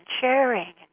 sharing